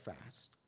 fast